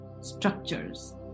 structures